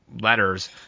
letters